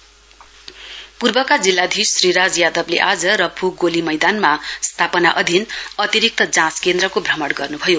DC range पूर्वका जिल्लाधीश श्री राज यादवले आज रम्फू गोली मैदानमा स्थापना अधीन अतिरिक्त जाँच केन्द्रको भ्रमण गर्नुभयो